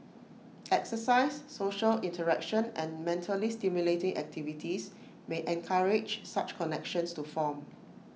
exercise social interaction and mentally stimulating activities may encourage such connections to form